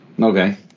Okay